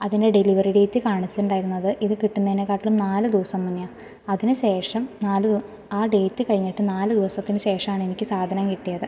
അതിൻ്റെ delivery date കാണിച്ചിട്ടുണ്ടായിരുന്നത് ഇത് കിട്ടുന്നതിനെക്കാളും നാലു ദിവസം മുന്നേയാണ് അതിന് ശേഷം നാല് ആ ഡേറ്റ് കഴിഞ്ഞിട്ട് നാല് ദിവസത്തിന് ശേഷമാണ് എനിക്ക് സാധനം കിട്ടിയത്